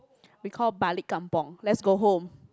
we call balik kampung let's go home